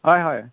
হয় হয়